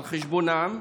על חשבונם,